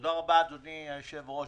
תודה רבה, אדוני היושב-ראש.